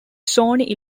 sony